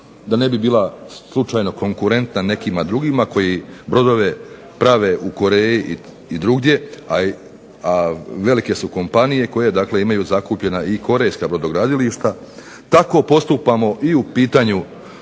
da ne bi bila slučajno konkurentna nekima drugima koji brodove prave u Koreji i drugdje, a velike su kompanije koje dakle imaju zakupljena i korejska brodogradilišta. Tako postupamo i u pitanju